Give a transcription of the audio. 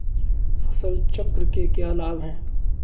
फसल चक्र के क्या लाभ हैं?